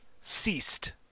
ceased